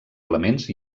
elements